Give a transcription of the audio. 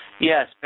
Yes